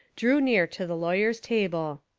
drew near to the lawyers' table.